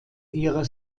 ihrer